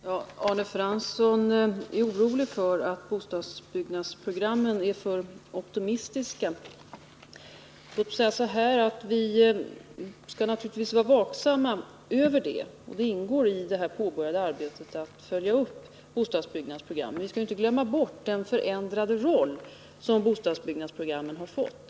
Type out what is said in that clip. Herr talman! Arne Fransson är orolig för att bostadsbyggnadsprogrammen är för optimistiska. Vi skall naturligtvis vara vaksamma, och det ingår i det påbörjade arbetet att man skall följa upp bostadsbyggnadsprogrammen. Vi skall inte glömma bort den förändrade roll som bostadsbyggnadsprogrammen har fått.